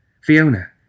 Fiona